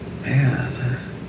man